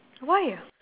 why ah